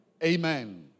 Amen